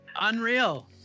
Unreal